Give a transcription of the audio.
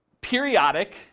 periodic